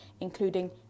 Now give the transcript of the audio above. including